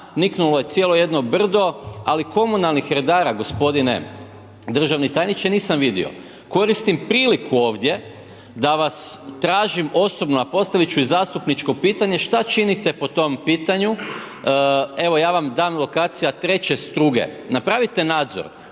niknulo je cijelo jedno brdo, ali komunalnih redara, g. državni tajniče, nisam vidio. Koristim priliku ovdje da vas tražim osobno, a postavit ću i zastupničko pitanje što činite po tom pitanju? Evo ja vam dam lokacija, 3. Struge. Napravite nadzor.